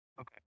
Okay